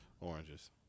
Oranges